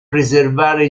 preservare